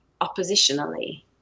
oppositionally